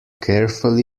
carefully